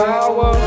power